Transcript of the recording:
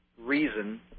reason